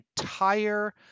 entire